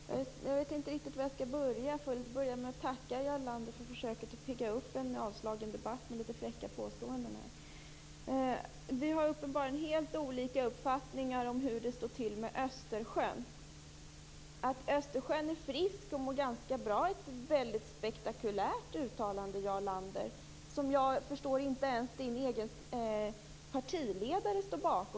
Herr talman! Jag vet inte riktigt var jag skall börja. Jag får väl börja med att tacka Jarl Lander för försöket att pigga upp en avslagen debatt med litet fräcka påståenden. Vi har uppenbarligen helt olika uppfattningar om hur det står till med Östersjön. Att Östersjön är frisk och mår ganska bra är ett väldigt spektakulärt uttalande. Vad jag förstår står inte ens Jarl Landers egen partiledare bakom den åsikten.